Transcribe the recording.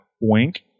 wink